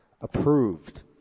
approved